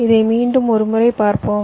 இதை மீண்டும் ஒரு முறை பார்ப்போம்